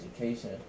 education